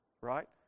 right